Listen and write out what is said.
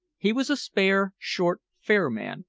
he was a spare, short, fair man,